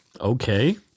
Okay